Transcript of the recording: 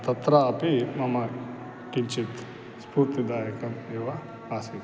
तत्र अपि मम किञ्चित् स्फूर्तिदायकम् एव आसीत्